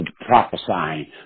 prophesying